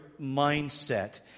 mindset